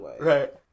Right